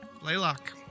Laylock